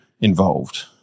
involved